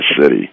city